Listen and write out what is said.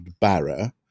Barra